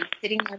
sitting